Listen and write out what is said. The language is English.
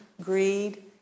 greed